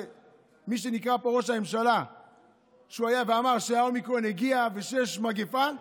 כשמי שנקרא פה ראש הממשלה אמר שהאומיקרון הגיע ושיש מגפה,